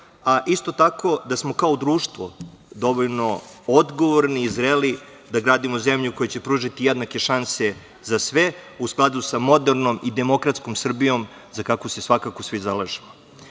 Isto tako, da smo kao društvo dovoljno odgovorni i zreli da gradimo zemlju koja će pružiti jednake šanse za sve u skladu sa modernom i demokratskom Srbijom za kakvu se svakako svi zalažemo. Vraćajući